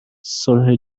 صلح